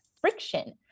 friction